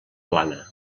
plana